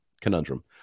conundrum